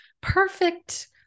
perfect